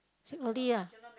sleep early lah